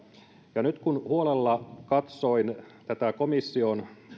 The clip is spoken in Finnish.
ja nyt kun huolella katsoin näitä komission